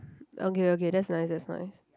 okay okay that's nice that's nice